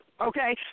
Okay